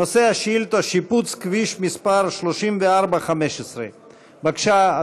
נושא השאילתה: שיפוץ כביש מס' 3415. בבקשה,